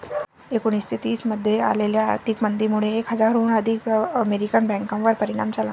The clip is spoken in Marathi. एकोणीसशे तीस मध्ये आलेल्या आर्थिक मंदीमुळे एक हजाराहून अधिक अमेरिकन बँकांवर परिणाम झाला